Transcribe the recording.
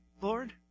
Lord